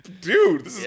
dude